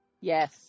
Yes